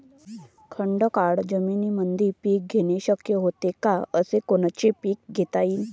खडकाळ जमीनीमंदी पिके घेणे शक्य हाये का? असेल तर कोनचे पीक घेता येईन?